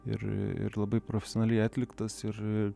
ir ir labai profesionaliai atliktas ir